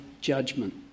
judgment